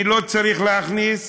אני לא צריך להכניס